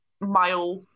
Mile